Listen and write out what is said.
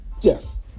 Yes